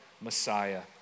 Messiah